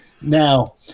Now